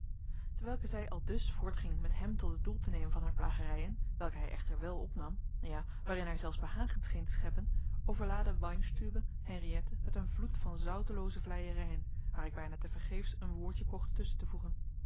terwijl zij aldus voortging met hem tot het doel te nemen van haar plagerijen welke hij echter wel opnam ja waarin hij zelfs behagen scheen te scheppen overlaadde weinstübe henriëtte met een vloed van zoutelooze vleierijen waar ik bijna tevergeefs een woordje poogde tusschen te voegen